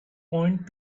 point